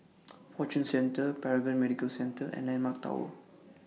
Fortune Centre Paragon Medical Centre and Landmark Tower